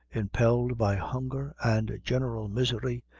impelled by hunger and general misery,